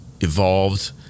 evolved